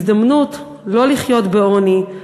הזדמנות לא לחיות בעוני,